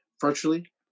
virtually